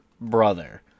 brother